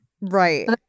Right